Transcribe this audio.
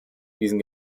diesen